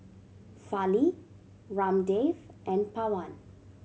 Fali Ramdev and Pawan